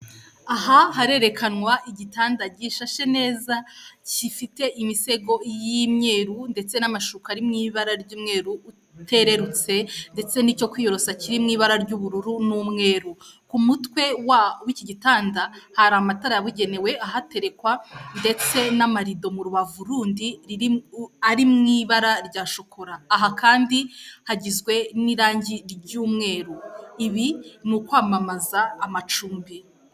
Aha harerekanwa igitanda gishashe neza gifite imisego y'imyeru ndetse n'amashuka ari mu ibara ry'umweru utererutse ndetse n'icyo kwiyorosa kiriw ibara ry'ubururu n'umweru ku mutwe w'iki gitanda hari amatara yabugenewe ahaterekwa ndetse n'amarido mu rubavu rundi ari mu ibara rya shokora aha kandi hagizwe n'irangi ry'umweru ibi ni ukwamamaza amacumbi.